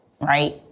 right